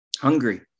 hungry